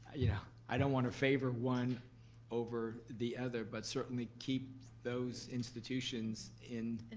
yeah. i don't want to favor one over the other, but certainly keep those institutions in,